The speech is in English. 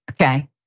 okay